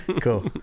Cool